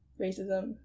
racism